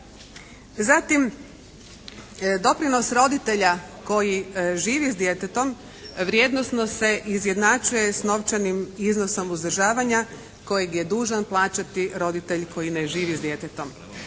Zatim doprinos roditelja koji živi s djetetom vrijednosno se izjednačuje s novčanim iznosom uzdržavanja kojeg je dužan plaćati roditelj koji ne živi s djetetom.